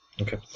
Okay